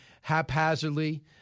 haphazardly